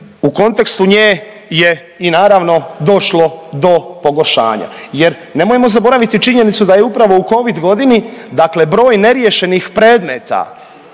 u kontekstu nje je i naravno došlo do pogoršanja jer nemojmo zaboraviti činjenicu da je upravo u Covid godini dakle broj neriješenih predmeta